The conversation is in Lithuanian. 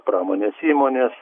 pramonės įmonės